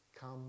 come